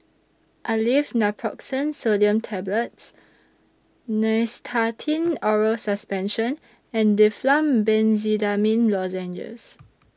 Aleve Naproxen Sodium Tablets Nystatin Oral Suspension and Difflam Benzydamine Lozenges